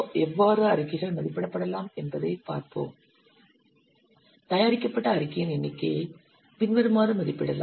எவ்வாறு அறிக்கைகள் மதிப்பிடப்படலாம் என்பதைப் பார்ப்போம் தயாரிக்கப்பட்ட அறிக்கையின் எண்ணிக்கை பின்வருமாறு மதிப்பிடப்படலாம்